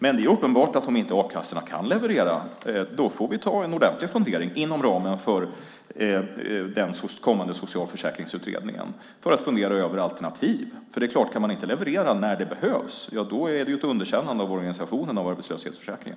Men det är uppenbart att om inte a-kassorna kan leverera får vi inom ramen för den kommande socialförsäkringsutredningen fundera ordentligt över alternativ, för det är klart att om a-kassan inte kan leverera när det behövs är det ett underkännande av organisationen av arbetslöshetsförsäkringen.